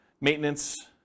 maintenance